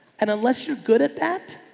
and unless you're good at that,